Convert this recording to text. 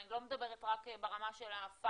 אני לא מדברת רק ברמה של הפאן,